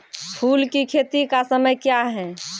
फुल की खेती का समय क्या हैं?